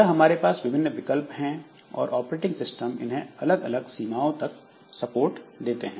यह हमारे पास विभिन्न विकल्प हैं और ऑपरेटिंग सिस्टम इन्हें अलग अलग सीमाओं तक सपोर्ट देते हैं